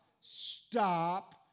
Stop